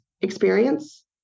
experience